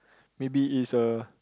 maybe is a